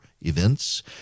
events